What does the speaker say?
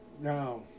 Now